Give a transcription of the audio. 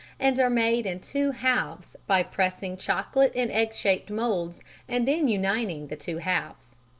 and are made in two halves by pressing chocolate in egg-shaped moulds and then uniting the two halves.